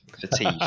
fatigue